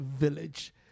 village